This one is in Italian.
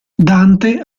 dante